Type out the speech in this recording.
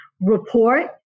report